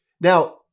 Now